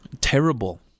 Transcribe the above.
Terrible